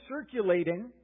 circulating